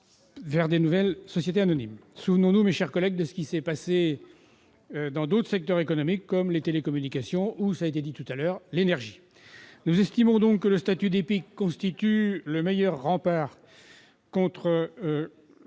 des nouvelles SA. Souvenons-nous, mes chers collègues, de ce qui s'est passé dans d'autres secteurs économiques, comme ceux des télécommunications ou, cela a été rappelé, de l'énergie. Nous estimons donc que le statut d'EPIC constitue le meilleur rempart contre